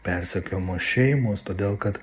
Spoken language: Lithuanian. persekiojamos šeimos todėl kad